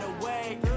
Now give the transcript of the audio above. away